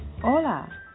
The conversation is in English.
Hola